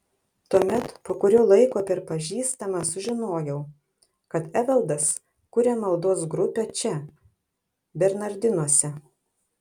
tuomet po kurio laiko per pažįstamą sužinojau kad evaldas kuria maldos grupę čia bernardinuose